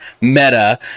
meta